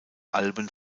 alben